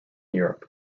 europe